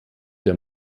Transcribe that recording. der